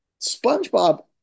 SpongeBob